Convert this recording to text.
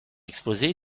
exposé